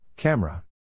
Camera